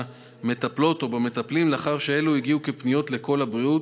במטופלות או במטופלים לאחר שאלו הגיעו כפניות לקול הבריאות,